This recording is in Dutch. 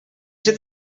zit